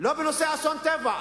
לא בנושא אסון טבע.